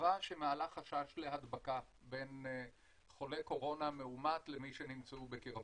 קירבה שמעלה חשש להדבקה בין חולה קורונה מאומת למי שנמצאו בקרבתו.